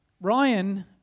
Ryan